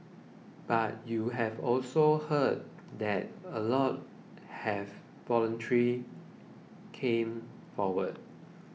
but you have also heard that a lot have voluntary come forward